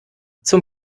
zum